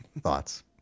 thoughts